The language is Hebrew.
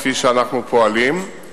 כפי שאנחנו פועלים,